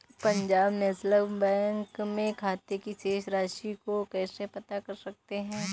Punjab National Bank में खाते की शेष राशि को कैसे पता कर सकते हैं?